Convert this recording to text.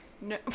No